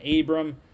Abram